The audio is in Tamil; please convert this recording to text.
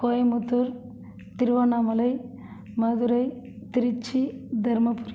கோயம்புத்தூர் திருவண்ணாமலை மதுரை திருச்சி தருமபுரி